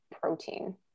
protein